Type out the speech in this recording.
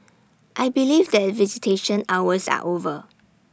I believe that visitation hours are over